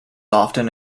often